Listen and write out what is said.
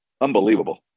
Unbelievable